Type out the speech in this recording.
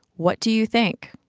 what do you think?